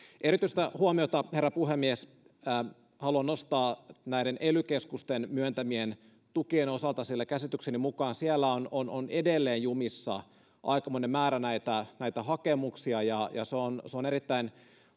erityistä huomiota herra puhemies haluan nostaa ely keskusten myöntämien tukien osalta sillä käsitykseni mukaan siellä on on edelleen jumissa aikamoinen määrä näitä näitä hakemuksia ja se on se on erittäin